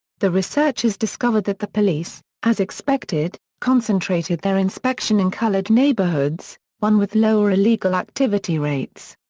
the researchers discovered that the police, as expected, concentrated their inspection in colored neighborhoods, one with lower illegal activity rates.